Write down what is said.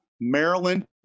Maryland